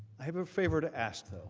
have a favor to ask.